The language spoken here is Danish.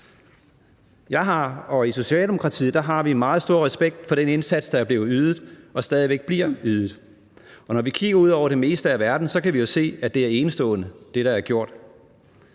vi har i Socialdemokratiet meget stor respekt for den indsats, der er blevet ydet og stadig væk bliver ydet, og når vi kigger ud over det meste af verden, kan vi jo se, at det, der er gjort,